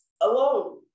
alone